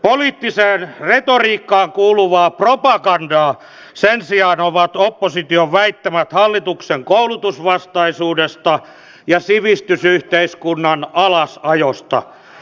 poliittiseen retoriikkaan kuuluvaa propagandaa sen sijaan ovat opposition väittämät hallituksen koulutusvastaisuudesta ja sivistysyhteiskunnan alasajosta